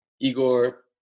Igor